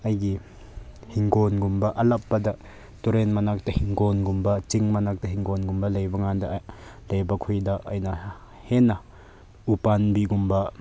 ꯑꯩꯒꯤ ꯍꯤꯡꯒꯣꯜꯒꯨꯝꯕ ꯑꯂꯥꯞꯄꯗ ꯇꯨꯔꯦꯟ ꯃꯅꯥꯛꯇ ꯍꯤꯡꯒꯣꯜꯒꯨꯝꯕ ꯆꯤꯡ ꯃꯅꯥꯛꯇ ꯍꯤꯡꯒꯣꯜꯒꯨꯝꯕ ꯂꯩꯕꯀꯥꯟꯗ ꯂꯩꯕꯈꯣꯏꯗ ꯑꯩꯅ ꯍꯦꯟꯅ ꯎꯄꯥꯝꯕꯤꯒꯨꯝꯕ